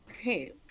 Okay